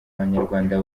banyarwanda